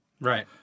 Right